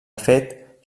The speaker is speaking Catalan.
fet